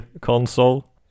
console